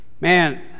man